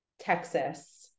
Texas